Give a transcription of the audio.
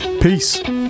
peace